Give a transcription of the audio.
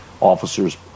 officers